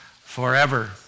forever